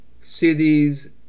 cities